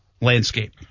landscape